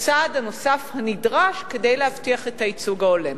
הצעד הנוסף הנדרש כדי להבטיח את הייצוג ההולם.